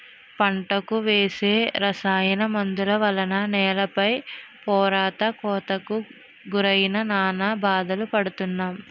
పంటలకు వేసే రసాయన మందుల వల్ల నేల పై పొరంతా కోతకు గురై నానా బాధలు పడుతున్నాం